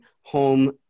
home